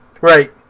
Right